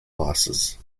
losses